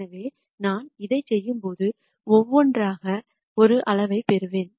எனவே நான் இதைச் செய்யும்போது ஒவ்வொன்றாக ஒரு அளவைப் பெறுவேன்